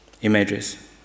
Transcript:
images